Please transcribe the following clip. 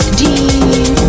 deep